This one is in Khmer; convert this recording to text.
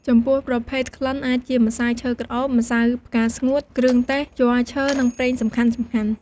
ចំពោះប្រភេទក្លិនអាចជាម្សៅឈើក្រអូប ម្សៅផ្កាស្ងួត គ្រឿងទេស ជ័រឈើនិងប្រេងសំខាន់ៗ។